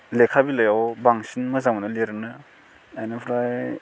लेखा बिलाइआव बांसिन मोजां मोनो लिरनो बेनिफ्राय